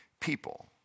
people